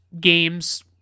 games